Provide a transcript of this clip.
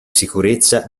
sicurezza